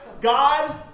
God